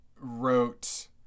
wrote